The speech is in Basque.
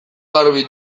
garbi